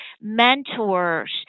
mentors